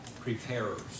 preparers